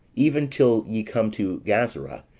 even till ye come to gazara,